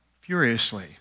Furiously